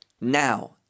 now